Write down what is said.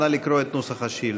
נא לקרוא את נוסח השאילתה.